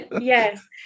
Yes